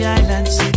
islands